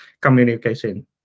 communication